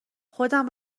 خودم